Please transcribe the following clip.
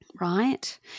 Right